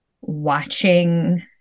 watching